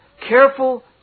careful